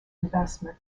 investment